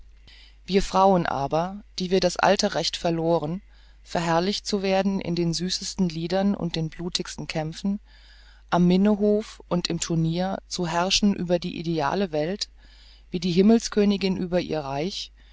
wir frauen aber die wir das alte recht verloren verherrlicht zu werden in den süßesten liedern und den blutigsten kämpfen am minnehof und im turnier zu herrschen über die ideale welt wie die himmelskönige über ihr reich